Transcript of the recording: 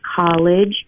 college